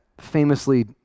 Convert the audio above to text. famously